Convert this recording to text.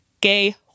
gay